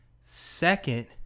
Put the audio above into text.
Second